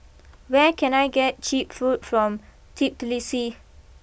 where can I get cheap food from Tbilisi